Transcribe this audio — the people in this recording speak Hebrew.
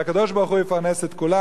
והקדוש-ברוך-הוא יפרנס את כולם.